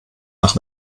nach